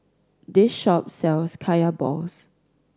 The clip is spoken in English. this shop sells Kaya balls